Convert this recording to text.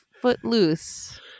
Footloose